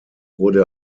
wurde